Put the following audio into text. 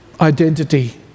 identity